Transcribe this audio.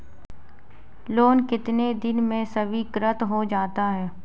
Loan कितने दिन में स्वीकृत हो जाता है?